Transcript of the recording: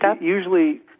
usually